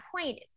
point